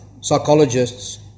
psychologists